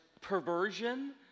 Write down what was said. perversion